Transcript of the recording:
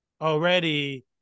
already